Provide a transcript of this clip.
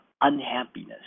unhappiness